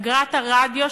אגרת הרדיו,